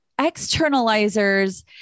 externalizers